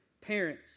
Parents